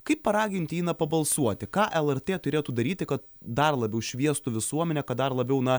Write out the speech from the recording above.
kaip paragint jį na pabalsuoti ką lrt turėtų daryti kad dar labiau šviestų visuomenę kad dar labiau na